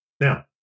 Now